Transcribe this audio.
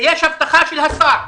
יש הבטחה של השר.